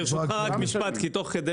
תוך כדי